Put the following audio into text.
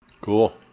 Cool